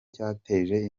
cyateje